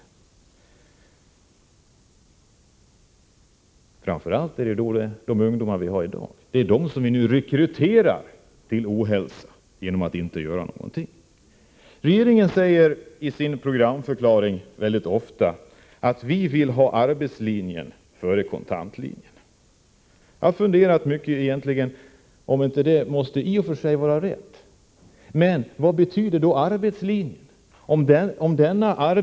Det är framför allt de ungdomar vi har i dag som vi rekryterar till ohälsa genom att inte göra någonting. Regeringen säger mycket ofta i sin programförklaring att de vill ha arbetslinjen före kontantlinjen. Jag har funderat mycket över om inte det i och för sig måste vara rätt. Men vad betyder arbetslinjen?